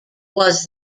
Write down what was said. was